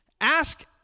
ask